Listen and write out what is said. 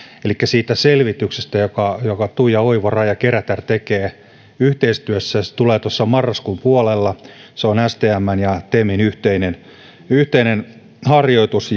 ja siitä selvityksestä jonka jonka tuija oivo ja raija kerätär tekevät yhteistyössä se tulee tuossa marraskuun puolella se on stmn ja temin yhteinen yhteinen harjoitus